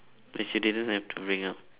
which you didn't have to bring up